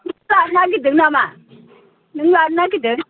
नों लानो नागिरदों नामा नों लानो नागिरदों